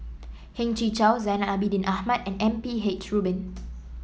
Heng Chee How Zainal Abidin Ahmad and M P H Rubin